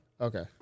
Okay